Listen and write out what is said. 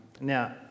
Now